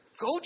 Go